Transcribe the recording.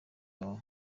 wawe